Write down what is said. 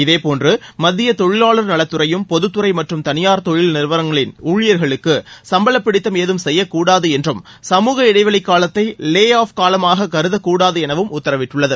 இதேபோன்று மத்திய தொழிலாளர் நலத்துறையும் பொதுத்துறை மற்றும் தனியார் தொழில்நிறுவனங்களின் ஊழியர்களுக்கு சும்பள பிடித்தம் ஏதும் செய்யக்கூடாது என்றும் சமூக இடைவெளி காலத்தை லே ஆப் காலமாக கருதக்கூடாது எனவும் உத்தரவிட்டுள்ளது